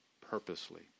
purposely